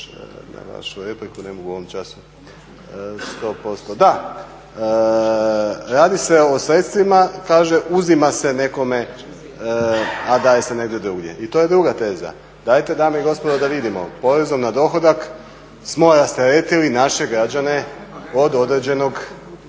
na vašu repliku ne mogu u ovom času 100%, da, radi se o sredstvima kaže uzima se nekome, a daje se negdje drugdje, i to je druga teza. Dajte dame i gospodo da vidimo poreznom na dohodak smo rasteretili naše građane od određenog